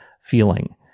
feeling